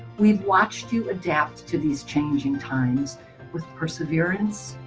we've watched you adapt to these changing times with perseverance,